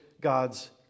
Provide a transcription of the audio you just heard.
god's